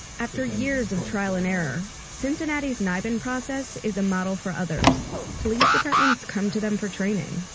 after years of trial and error, cincinnati's nibin process is a model for others. police departments come to them for training.